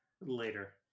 later